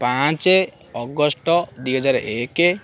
ପାଞ୍ଚ ଅଗଷ୍ଟ ଦୁଇହଜାର ଏକ